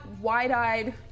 wide-eyed